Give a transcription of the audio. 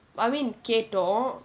I mean கேட்டோம்:kaetom